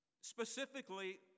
specifically